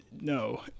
no